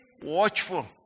watchful